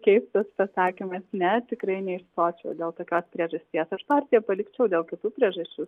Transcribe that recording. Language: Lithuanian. keistas pasakymas ne tikrai neišstočiau dėl tokios priežasties aš partiją palikčiau dėl kitų priežasčių